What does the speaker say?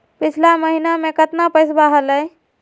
पिछला महीना मे कतना पैसवा हलय?